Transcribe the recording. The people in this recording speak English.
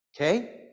Okay